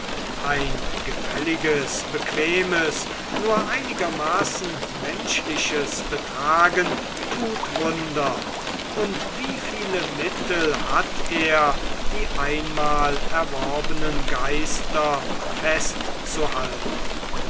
ein gefälliges bequemes nur einigermaßen menschliches betragen tut wunder und wie viele mittel hat er die einmal erworbenen geister festzuhalten